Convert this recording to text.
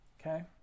Okay